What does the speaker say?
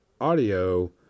audio